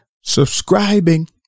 Subscribing